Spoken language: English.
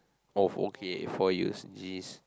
oh okay four years geez